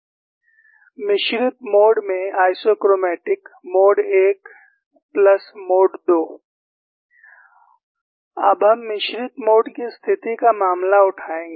Isochromatics in mixed mode Mode I Mode II मिश्रित mode में isochromatics mode I mode II अब हम मिश्रित मोड की स्थिति का मामला उठाएंगे